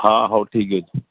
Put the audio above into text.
ହଁ ହଉ ଠିକ୍ ଅଛି